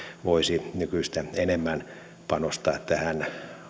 voisi nykyistä enemmän panostaa tähän